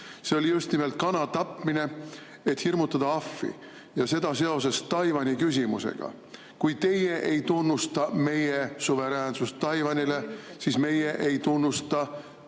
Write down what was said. See oli just nimelt kana tapmine, et hirmutada ahvi, ja seda seoses Taiwani küsimusega. Kui teie ei tunnusta meie suveräänset [õigust] Taiwanile, siis meie ei tunnusta